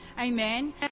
Amen